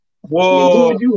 Whoa